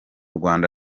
rwanda